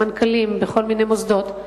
למנכ"לים בכל מיני מוסדות,